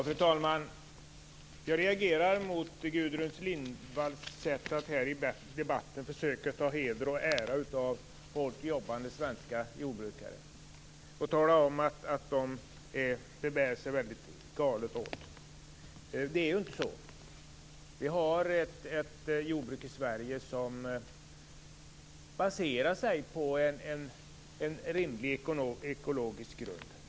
Fru talman! Jag reagerar mot Gudrun Lindvalls sätt att här i debatten försöka ta heder och ära av hårt jobbande svenska jordbrukare. Hon talar om att de bär sig väldigt galet åt. Det är ju inte så. Vi har ett jordbruk i Sverige som baserar sig på en rimlig ekologisk grund.